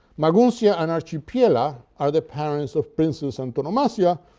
maguncia and archipiela are the parents of princess antonomasia,